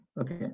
Okay